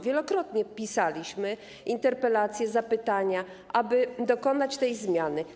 Wielokrotnie pisaliśmy interpelacje, zapytania, aby dokonać tej zmiany.